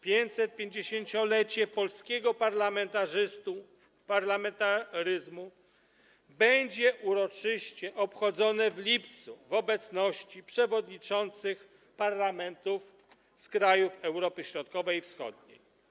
550-lecie polskiego parlamentaryzmu będzie uroczyście obchodzone w lipcu w obecności przewodniczących parlamentów z krajów Europy Środkowej i Wschodniej.